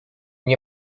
nie